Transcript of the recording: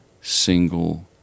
single